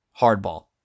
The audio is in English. hardball